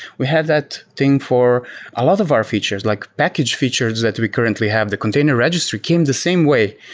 we have that thing for a lot of our features, like package features that we currently have. the container registry came the same way.